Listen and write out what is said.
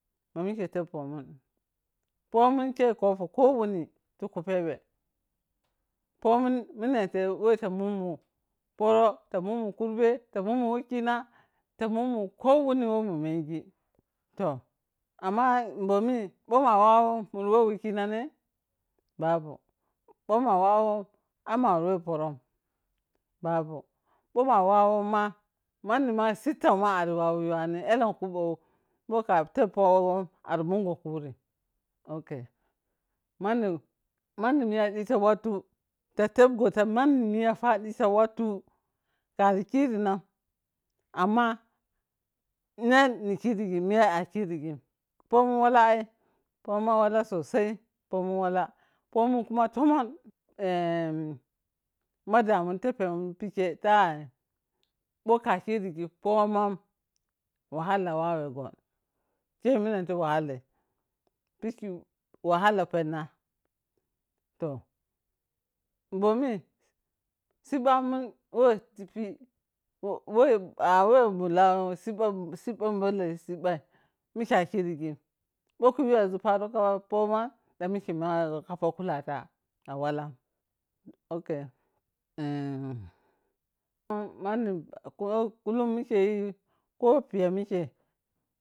Ma mike teppomuni pomunkei kopo ko wuni tiku pebe, pomun minam tai we ta munmu poro, ta munmu kurbe, ta mummu wekina ta mummu ko wuni whe munmengi toh, amma bomi bho ma wawon muri whe wikina, ne? Babu, bho ma wawon, ai mari weh poron bbu, bho ma wawon ma manni ma sittauma ari wawo yiwanin elenku bho, bho ka tep pogonma arimungo kurin ok, manni, manni miya ɗita wattu ta tepgo ta manni miya ɗita wattu arikinan amma ne nikiri miya a kirigin pomu wala ai, pomun wala sosai, pomun wala, pomun kuma tomon ma damun teppemun pikke tai, bha kakirigi poman wahalla wawegon ke minam tei wahallai piki wahallai penna toh, bomi, sibbamun whe tipi whe awe bulan sibban bolle sibbai mike akirigin bha kayi weȝun paro ka poma ɗan mike mawego kapo kulata a walan ok, manni ko kulung mikkei ko piya mikkei